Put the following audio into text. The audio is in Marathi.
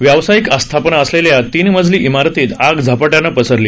व्यावसायिक आस्थापनं असलेल्या या तीन मजली इमारतीत आग झपाट्यानं पसरली